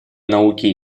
науки